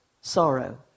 sorrow